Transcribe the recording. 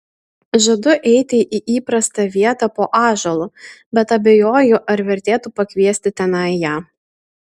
žadu eiti į įprastą vietą po ąžuolu bet abejoju ar vertėtų pakviesti tenai ją